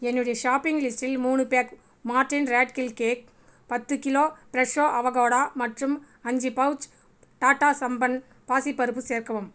என்னுடைய ஷாப்பிங் லிஸ்டில் மூணு pack Mortein rat kill cake பத்து கிலோ ஃப்ரெஷோ அவொகேடோ மற்றும் அஞ்சு பவுச் டாடா சம்பன் பாசிப் பருப்பு சேர்க்கவும்